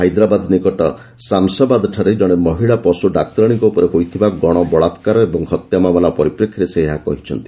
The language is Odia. ହାଇଦ୍ରାବାଦ ନିକଟ ସାମସାବାଦଠାରେ ଜଣେ ମହିଳା ପଶ୍ର ଡାକ୍ତରାଣୀଙ୍କ ଉପରେ ହୋଇଥିବା ଗଣବଳାକାର ଓ ହତ୍ୟା ମାମଲା ପରିପ୍ରେକ୍ଷୀରେ ସେ ଏହା କହିଛନ୍ତି